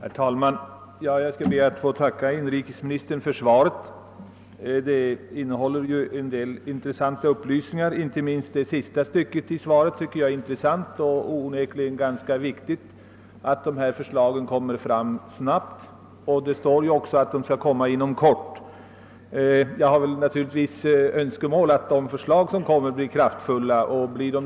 Herr talman! Jag ber att få tacka inrikesministern för svaret som innehåller en del intressanta upplysningar. Inte minst det sista stycket i svaret är onekligen intressant. Det är viktigt att dessa förslag snabbt kommer att framläggas, och det står ju också i svaret att så skall ske inom kort. Jag har naturligtvis önskemålet att de åtgärder som föreslås blir kraftfulla.